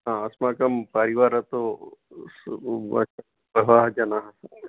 हा अस्मकं तु परिवारे तु बहवः जनाः